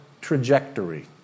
trajectory